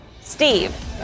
Steve